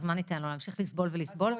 אז ניתן לו להמשיך לסבול עוד ועוד?